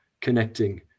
connecting